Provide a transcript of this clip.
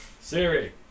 Siri